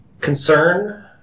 concern